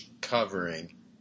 covering